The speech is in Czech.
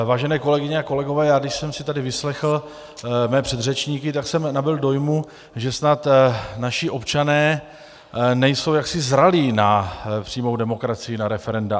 Vážené kolegyně a kolegové, když jsem si tady vyslechl své předřečníky, tak jsem nabyl dojmu, že snad naši občané nejsou jaksi zralí na přímou demokracii, na referenda.